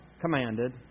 commanded